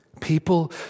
People